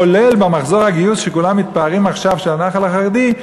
כולל במחזור הגיוס שכולם מתפארים בו עכשיו של הנח"ל החרדי.